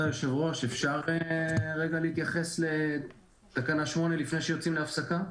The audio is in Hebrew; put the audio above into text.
אפשר להתייחס לתקנה 8, לפני שיוצאים להפסקה?